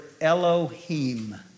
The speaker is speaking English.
Elohim